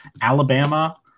Alabama